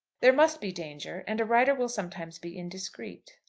there must be danger, and a writer will sometimes be indiscreet.